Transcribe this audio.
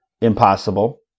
impossible